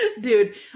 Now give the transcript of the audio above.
Dude